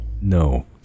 No